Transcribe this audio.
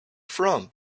from